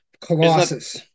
Colossus